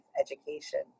education